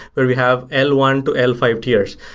where we have l one to l five tiers.